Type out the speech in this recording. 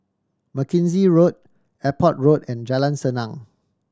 Mackenzie Road Airport Road and Jalan Senang